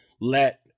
let